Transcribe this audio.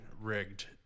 rigged